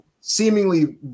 seemingly